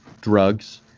drugs